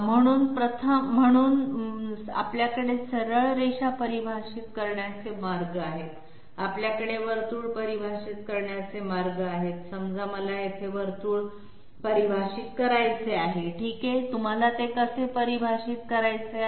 आणि म्हणून आपल्याकडे सरळ रेषा परिभाषित करण्याचे मार्ग आहेत आपल्याकडे वर्तुळ परिभाषित करण्याचे मार्ग आहेत समजा मला येथे वर्तुळ परिभाषित करायचे आहे ठीक आहे तुम्हाला ते कसे परिभाषित करायचे आहे